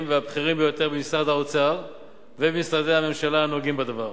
והבכירים ביותר במשרד האוצר ובמשרדי הממשלה הנוגעים בדבר.